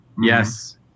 Yes